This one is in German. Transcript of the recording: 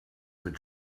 mit